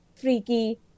freaky